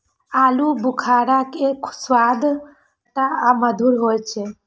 आलू बुखारा के स्वाद खट्टा आ मधुर होइ छै